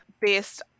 based